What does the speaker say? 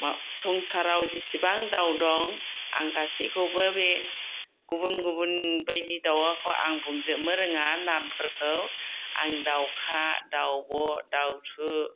मा संसाराव जेसेबां दाउ दं आं गासैखौबो बे गुबुन गुबुन बायदि दाउखौ आं बुंजोबनो रोङा नामफोरखौ आं दाउखा दावब' दाउथु